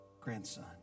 grandson